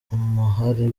umuhari